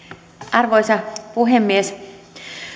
arvoisa puhemies